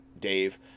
dave